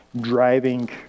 driving